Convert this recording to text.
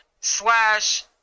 slash